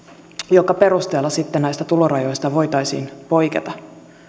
jonka perusteella sitten näistä tulorajoista voitaisiin poiketa